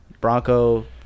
Bronco